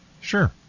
Sure